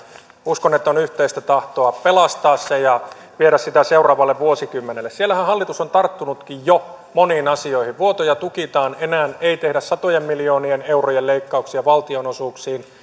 uskon että on yhteistä tahtoa pelastaa se ja viedä sitä seuraavalle vuosikymmenelle siellähän hallitus on tarttunutkin jo moniin asioihin vuotoja tukitaan enää ei tehdä satojen miljoonien eurojen leikkauksia valtionosuuksiin